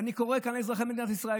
ואני קורא כאן לאזרחי מדינת ישראל,